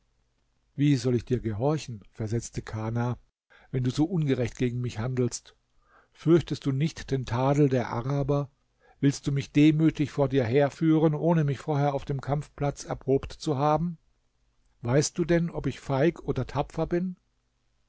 wie soll ich dir gehorchen versetzte kana wenn du so ungerecht gegen mich handelst fürchtest du nicht den tadel der araber willst du mich demütig vor dir herführen ohne mich vorher auf dem kampfplatz erprobt zu haben weißt du denn ob ich feig oder tapfer bin